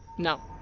no.